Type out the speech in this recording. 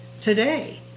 today